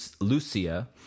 Lucia